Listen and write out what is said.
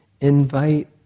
invite